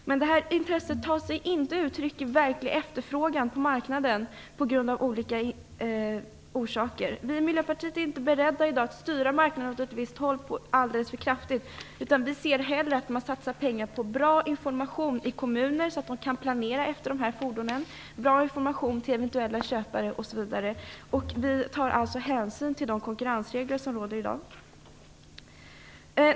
Men det tar sig inte uttryck i verklig efterfrågan på marknaden på grund av olika orsaker. Vi i Miljöpartiet är inte i dag beredda att styra marknaden åt ett visst håll för kraftigt. Vi ser hellre att man satsar pengar på bra information i kommunerna så att de kan planera efter dessa fordon och bra information till eventuella köpare. Vi tar alltså hänsyn till de konkurrensregler som råder i dag.